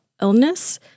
illness